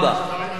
תודה רבה.